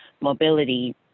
mobility